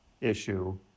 issue